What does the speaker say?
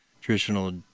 traditional